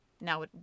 now